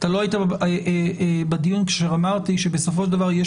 לא היית בדיון כשאמרתי שבסופו של דבר יש